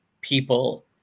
people